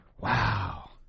Wow